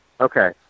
Okay